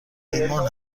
ایمان